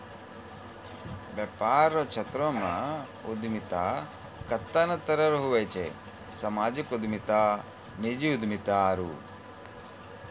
वेपार रो क्षेत्रमे उद्यमिता कत्ते ने तरह रो हुवै छै सामाजिक उद्यमिता नीजी उद्यमिता आरु